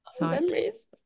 memories